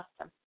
awesome